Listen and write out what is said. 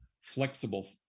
flexible